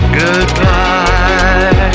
goodbye